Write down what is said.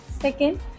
second